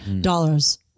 dollars